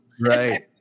Right